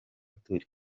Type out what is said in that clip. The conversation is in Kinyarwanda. turi